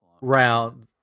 Round